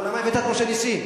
אבל למה הבאת את משה נסים?